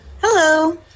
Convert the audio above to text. Hello